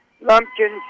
Lumpkins